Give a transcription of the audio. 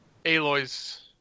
Aloy's